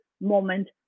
moment